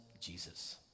Jesus